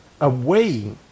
away